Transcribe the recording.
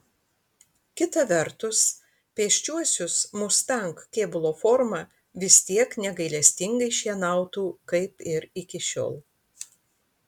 kita vertus pėsčiuosius mustang kėbulo forma vis tiek negailestingai šienautų kaip ir iki šiol